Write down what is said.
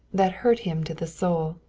that hurt him to the soul.